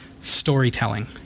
storytelling